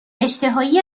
اشتهایی